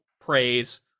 praise